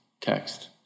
text